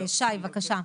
שי בבקשה.